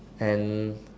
and